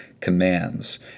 commands